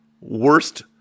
worst